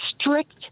strict